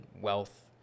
wealth